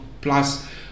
plus